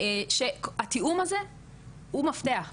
התיאום הזה הוא מפתח,